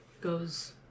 goes